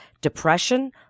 depression